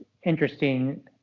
interesting